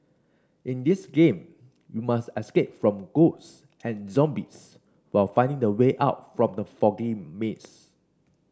in this game you must escape from ghost and zombies while finding the way out from the foggy maze